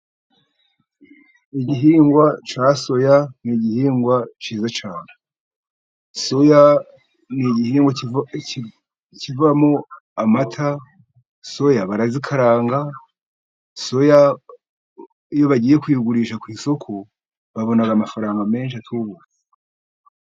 Igihingwa cya soya ni igihingwa cyiza cyane. Soya ni igihingwa kivamo amata, soya barazikaranga, soya iyo bagiye kuyigurisha ku isoko babona amafaranga menshi atubutse.